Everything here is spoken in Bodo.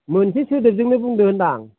मोनसे सोदोबजोंनो बुंदो होनदां